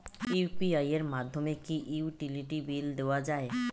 UPI এর মাধ্যমে কি ইউটিলিটি বিল দেওয়া যায়?